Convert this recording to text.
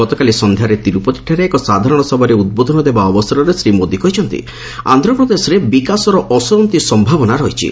ଗତକାଲି ସନ୍ଧ୍ୟାରେ ତୀରୁପତିଠାରେ ଏକ ସାଧାରଣ ସଭାରେ ଉଦ୍ବୋଧନ ଦେବା ଅବସରରେ ଶ୍ରୀ ମୋଦି କହିଛନ୍ତି ଆନ୍ଧ୍ରପ୍ରଦେଶରେ ବିକାଶର ଅସରନ୍ତି ସମ୍ଭାବନା ରହିଛି